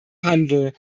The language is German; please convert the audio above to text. handel